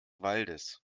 waldes